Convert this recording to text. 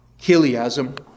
Kiliasm